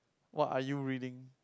what are you reading